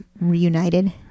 reunited